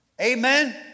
Amen